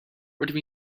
rydw